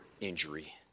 injury